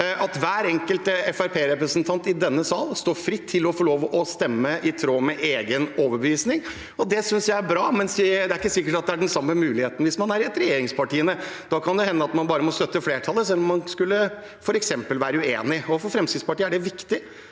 at hver enkelt Fremskrittsparti-representant i denne sal står fritt til å få lov til å stemme i tråd med egen overbevisning, og det synes jeg er bra. Men det er ikke sikkert at det er den samme muligheten hvis man er i et regjeringsparti. Da kan det hende at man bare må støtte flertallet, selv om man f.eks. skulle være uenig. For Fremskrittspartiet er det viktig